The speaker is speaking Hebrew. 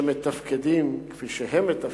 שמתפקדים כפי שהם מתפקדים,